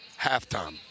halftime